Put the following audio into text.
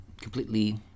completely